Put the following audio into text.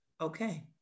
okay